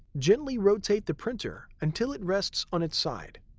gently rotate the printer until it rests on its side.